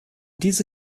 diese